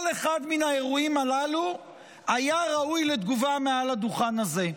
כל אחד מן האירועים הללו היה ראוי לתגובה מעל הדוכן הזה.